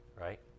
right